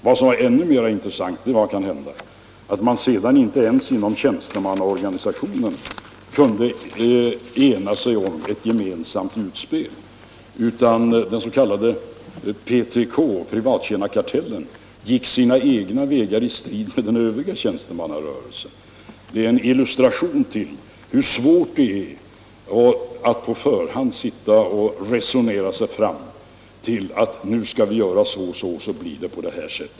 Vad som var ännu mer intressant var kanhända att man sedan inte ens inom tjänstemannaorganisationen kunde enas om ett gemensamt utspel, utan PTK -— privat Det är en illustration av hur svårt det är att på förhand resonera sig fram till hur man skall göra.